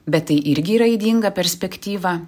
bet tai irgi yra ydinga perspektyva